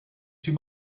too